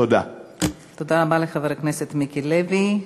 תודה רבה לחבר הכנסת מיקי לוי.